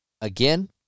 Again